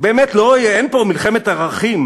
באמת אין פה מלחמת ערכים